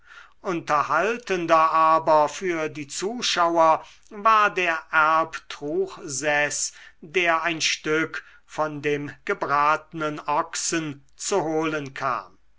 unterhaltender aber für die zuschauer war der erbtruchseß der ein stück von dem gebratnen ochsen zu holen kam